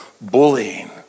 bullying